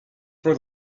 for